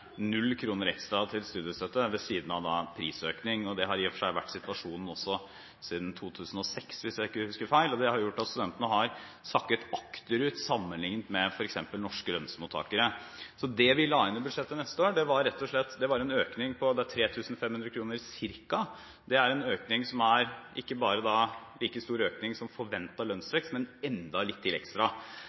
og for seg også vært situasjonen siden 2006, hvis jeg ikke husker feil, og det har gjort at studentene har sakket akterut sammenliknet med f.eks. norske lønnsmottakere. Så det vi la inn i budsjettet for neste år, var en økning på ca. 3 500 kr. Det er en økning som ikke bare er en like stor økning som forventet lønnsvekst, men enda litt ekstra.